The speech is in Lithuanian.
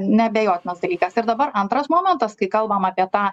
neabejotinas dalykas ir dabar antras momentas kai kalbam apie tą